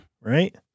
right